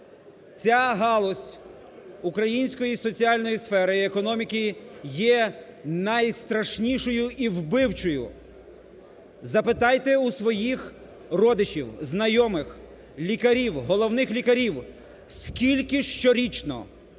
Ця галузь української соціальної сфери і економіки є найстрашнішою і вбивчою. Запитайте у своїх родичів, знайомих, лікарів, головних лікарів, скільки щорічно